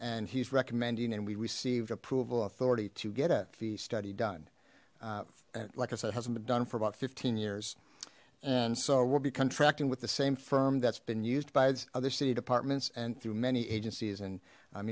and he's recommending and we received approval authority to get a fee study done and like i said hasn't been done for about fifteen years and so we'll be contracting with the same firm that's been used by the other city departments and through many agencies and